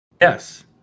Yes